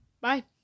Bye